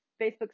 Facebook